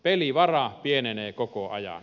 pelivara pienenee koko ajan